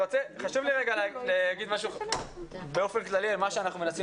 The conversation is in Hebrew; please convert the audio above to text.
חשוב לי רגע להגיד משהו כללי על מה שאנחנו מנסים